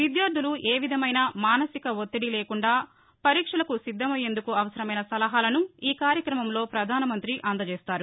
విద్యార్థులు ఏ విధమైన మానసిక ఒత్తిడి లేకుండా పరీక్షలకు సిద్దమయ్యేందుకు అవసరమైన సలహాలను ఈ కార్యక్రమంలో పధానమంతి అందచేస్తారు